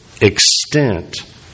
extent